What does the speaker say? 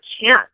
chance